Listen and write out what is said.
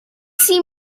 see